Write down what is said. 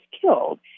killed